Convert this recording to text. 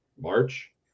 March